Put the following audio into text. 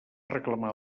reclamar